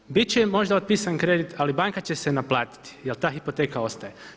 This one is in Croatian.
Ljudi bit će im možda otpisan kredit, ali banka će se naplatiti jer ta hipoteka ostaje.